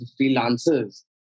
freelancers